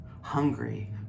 hungry